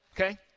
okay